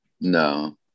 no